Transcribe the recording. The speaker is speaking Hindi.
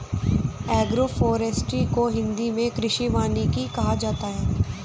एग्रोफोरेस्ट्री को हिंदी मे कृषि वानिकी कहा जाता है